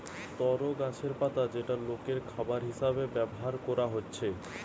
তরো গাছের পাতা যেটা লোকের খাবার হিসাবে ব্যভার কোরা হচ্ছে